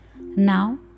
Now